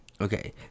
Okay